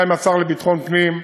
גם עם השר לביטחון הפנים,